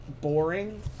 boring